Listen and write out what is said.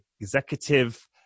executive